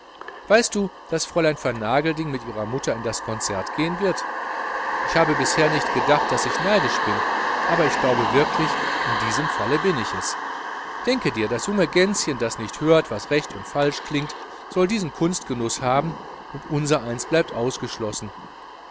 weißt du daß fräulein vernagelding mit ihrer mutter in das konzert gehen wird ich habe bisher nicht gedacht daß ich neidisch bin aber ich glaube wirklich in diesem fall bin ich es denke dir das junge gänschen das nicht hört was recht und was falsch klingt soll diesen kunstgenuß haben und unsereines bleibt ausgeschlossen